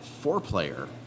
four-player